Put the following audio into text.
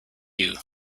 you